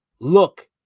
look